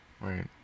right